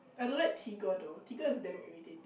I don't like tiger though tiger is damn irritating